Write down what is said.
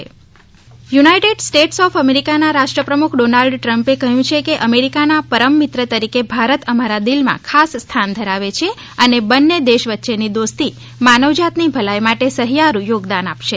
Motera stadium United States of America ના રાષ્ટ્રપ્રમુખ Donald ટ્રમ્પએ કહ્યું છે કે અમેરિકા ના પરમ મિત્ર તરીકે ભારત અમારા દિલ માં ખાસ સ્થાન ધરાવે છે અને બંને દેશ વચ્ચે ની દોસ્તી માનવજાત ની ભલાઈ માટે સહિયારુ યોગદાન આપશે